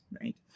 right